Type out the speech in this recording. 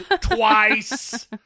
twice